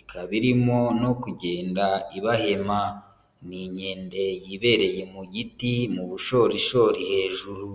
Ikaba irimo no kugenda ibahema. Ni inkende yibereye mu giti, mu bushorishori hejuru.